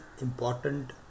important